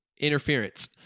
interference